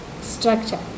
structure